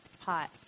pot